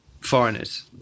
foreigners